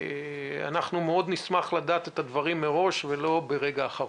אנחנו מאוד נשמח לדעת את הדברים מראש ולא ברגע האחרון.